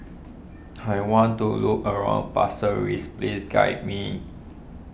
I want to look around please guide me